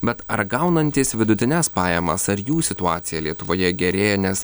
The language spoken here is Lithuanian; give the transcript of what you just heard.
bet ar gaunantys vidutines pajamas ar jų situacija lietuvoje gerėja nes